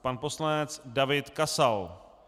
Pan poslanec David Kasal.